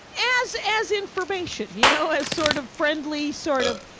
as, as information. you know as sort of friendly, sort of,